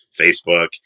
Facebook